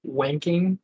wanking